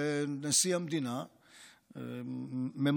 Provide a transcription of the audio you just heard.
ונשיא המדינה ממנה